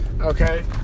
okay